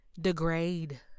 degrade